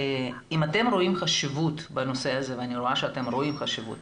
אם אתם רואים חשיבות לנושא הזה ואני רואה שאתם רואים חשיבות